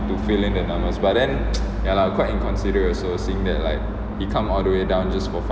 to fill in the numbers but then ya lah quite inconsiderate also seeing that like he come all the way down just for